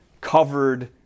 covered